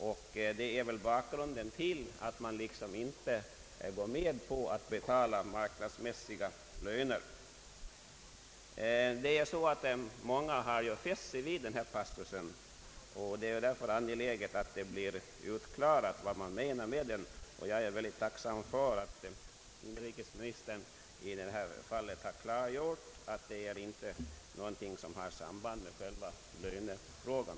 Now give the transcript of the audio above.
Detta är väl bakgrunden till att man inte går med på att betala marknadsmässiga löner. Många har fäst sig vid denna passus, och det är därför angeläget att det blir uppklarat vad man menar med den. Jag är tacksam för att nuvarande inrikesministern i detta fall klargjort att det inte är någonting som har samband med själva lönefrågan.